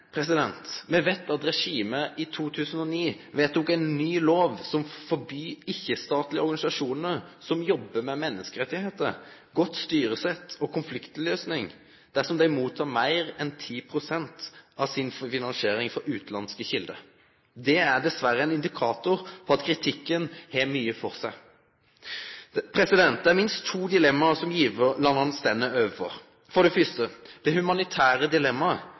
me veit at regimet i 2009 vedtok ei ny lov som forbyr ikkje-statlege organisasjonar som jobbar med menneskerettar, godt styresett og konfliktløysing, dersom dei tek imot meir enn 10 pst. av si finansiering frå utanlandske kjelder. Det er dessverre ein indikator på at kritikken har mykje for seg. Det er minst to dilemma som givarlanda står overfor. For det første det humanitære